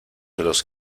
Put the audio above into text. los